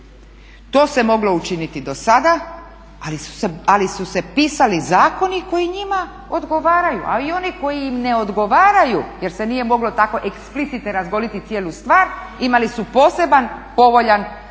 To se moglo učiniti dosada ali su se pisali zakoni koji njima odgovaraju, a i oni koji im ne odgovaraju jer se nije moglo tako explicite razgoliti cijelu stvar imali su poseban povoljan položaj